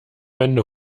wände